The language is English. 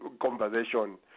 conversation